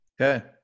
okay